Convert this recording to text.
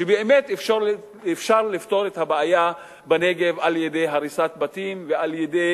שבאמת אפשר לפתור את הבעיה בנגב על-ידי הריסת בתים ועל-ידי